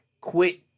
quit